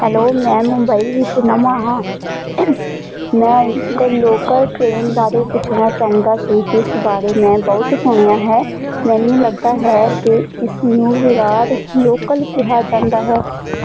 hello ਮੈਂ ਮੁੰਬਈ ਵਿੱਚ ਨਵਾਂ ਹਾਂ ਮੈਂ ਇੱਕ ਲੋਕਲ ਟ੍ਰੇਨ ਬਾਰੇ ਪੁੱਛਣਾ ਚਾਹੁੰਦਾ ਸੀ ਜਿਸ ਬਾਰੇ ਮੈਂ ਬਹੁਤ ਸੁਣਿਆ ਹੈ ਮੈਨੂੰ ਲੱਗਦਾ ਹੈ ਕਿ ਇਸਨੂੰ ਵਿਰਾਰ ਲੋਕਲ ਕਿਹਾ ਜਾਂਦਾ ਹੈ